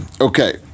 Okay